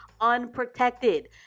unprotected